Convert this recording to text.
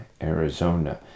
Arizona